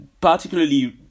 particularly